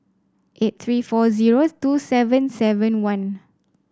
eight three four zero two seven seven one